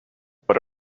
what